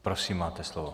Prosím, máte slovo.